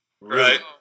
Right